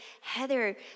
Heather